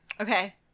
Okay